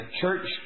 church